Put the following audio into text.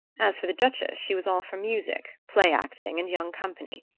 as for the duchess, she was all for music, play-acting and young company.